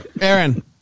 Aaron